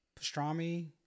Pastrami